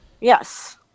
Yes